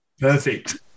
Perfect